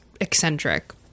eccentric